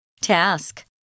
Task